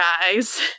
guys